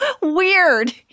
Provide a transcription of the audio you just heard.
weird